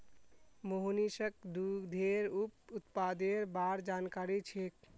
मोहनीशक दूधेर उप उत्पादेर बार जानकारी छेक